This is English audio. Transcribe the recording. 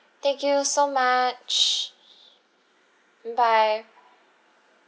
thank you so much bye